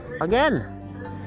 again